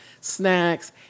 snacks